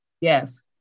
Yes